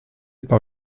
par